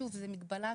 שוב, זו מגבלת